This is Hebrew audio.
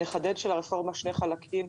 אני מחדדת שלרפורמה שני חלקים.